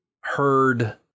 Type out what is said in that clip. heard